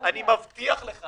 אני מבטיח לך